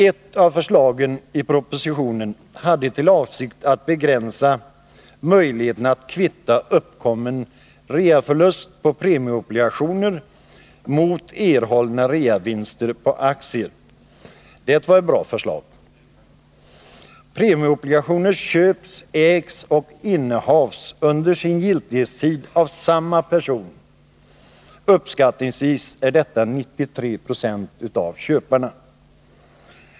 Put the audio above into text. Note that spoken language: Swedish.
Ett av förslagen i propositionen avsåg att man skulle begränsa möjligheterna att kvitta uppkommen reaförlust på premieobligationer mot erhållna reavinster på aktier. Det var ett bra förslag. Premieobligationer köps, ägs och innehas under sin giltighetstid av samma person i uppskattningsvis 93 90 av fallen.